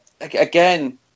again